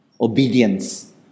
obedience